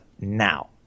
now